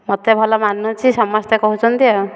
ମତେ ଭଲ ମାନୁଛି ସମସ୍ତେ କହୁଛନ୍ତି